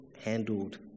handled